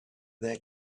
their